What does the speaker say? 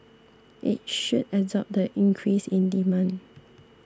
it should absorb the increase in demand